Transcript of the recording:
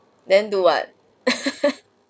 then do what